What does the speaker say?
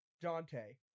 Dante